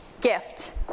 Gift